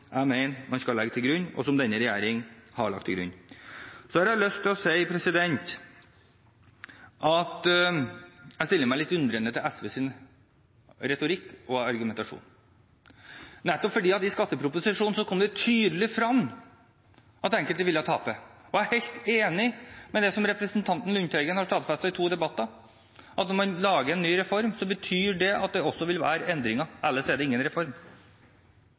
jeg mener man skal legge til grunn, og som denne regjeringen har lagt til grunn. Så har jeg lyst til å si at jeg stiller meg litt undrende til SVs retorikk og argumentasjon, nettopp fordi det i skatteproposisjonen kom tydelig frem at enkelte ville tape. Jeg er helt enig i det som representanten Lundteigen har stadfestet i to debatter, at når man lager en ny reform, betyr det at det også vil være endringer, ellers er det ingen reform.